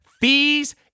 fees